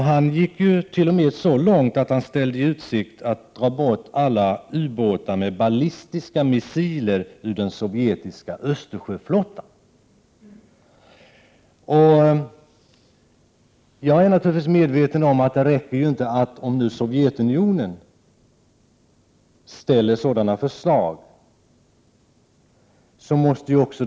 Gorbatjov gick t.o.m. så långt att han ställde i utsikt att man tar bort alla ubåtar med ballistiska missiler ur den sovjetiska Östersjöflottan. Jag är naturligtvis medveten om att det inte räcker att Sovjetunionen väcker sådana förslag.